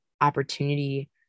opportunity